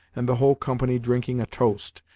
and the whole company drinking a toast,